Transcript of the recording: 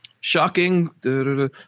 Shocking